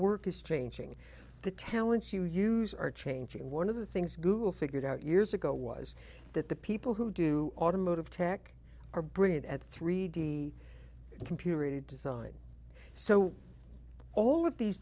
work is changing the talents you use are changing one of the things google figured out years ago was that the people who do automotive tech are brilliant at three d computer aided design so all of these